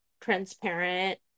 transparent